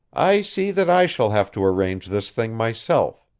i see that i shall have to arrange this thing myself.